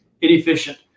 Inefficient